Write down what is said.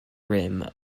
rim